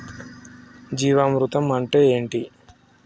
జీవామృతం అంటే ఏంటి?